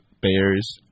Bears